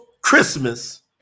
Christmas